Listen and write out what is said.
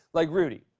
like rudy,